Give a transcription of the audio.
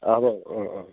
হ'ব